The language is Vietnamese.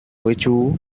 với